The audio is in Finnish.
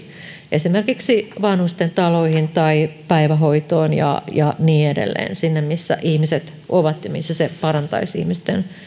esimerkiksi vanhustentaloihin tai päivähoitoon ja ja niin edelleen sinne missä ihmiset ovat ja missä se parantaisi ihmisten